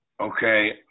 Okay